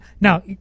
Now